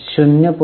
0